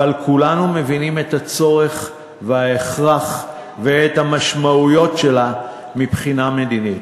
אבל כולנו מבינים את הצורך ואת ההכרח ואת המשמעויות שלה מבחינה מדינית.